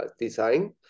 design